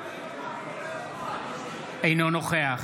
אינו נוכח